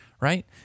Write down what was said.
right